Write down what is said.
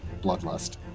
bloodlust